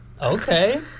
Okay